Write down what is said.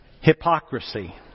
hypocrisy